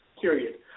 period